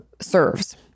serves